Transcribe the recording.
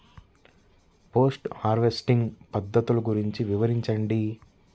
Post harvesting పద్ధతులు గురించి వివరించండి?